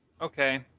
Okay